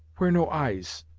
where no eyes.